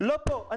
לא פה,